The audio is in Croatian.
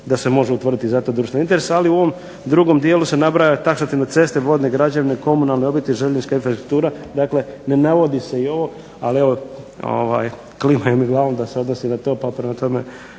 da se može utvrditi za to društveni interes, ali u ovom drugom dijelu se nabraja taksativno ceste, vodne građevine, komunalni objekti, željeznička infrastruktura, dakle ne navodi se i ovo, ali evo klimaju mi glavom da se odnosi na to, pa prema tome